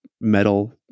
metal